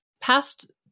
Past